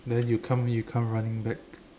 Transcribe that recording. then you come you come running back